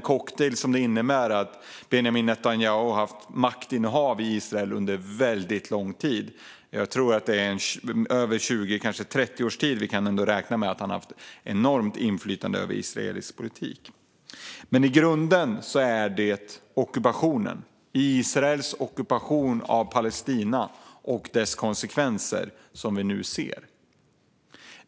finns också det faktum att Benjamin Netanyahu har innehaft makten i Israel under väldigt lång tid. I 20-30 års tid kan vi räkna med att han har haft enormt inflytande över israelisk politik. I grunden är det dock Israels ockupation av Palestina och dess konsekvenser som vi nu ser.